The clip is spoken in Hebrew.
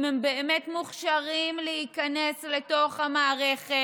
אם הם באמת מוכשרים להיכנס לתוך המערכת,